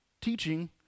teaching